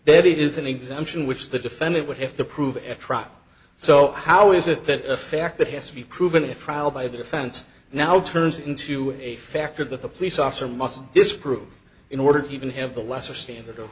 that it is an exemption which the defendant would have to prove at trial so how is it that a fact that has to be proven in a trial by the defense now turns into a factor that the police officer must disprove in order to even have the lesser standard of